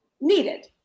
needed